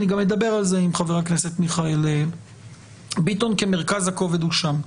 אני גם אדבר על זה עם חבר הכנסת מיכאל ביטון כי מרכז הכובד הוא שם.